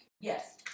Yes